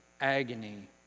agony